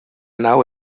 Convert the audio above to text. nau